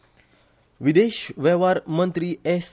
ए पाक विदेश वेव्हार मंत्री एस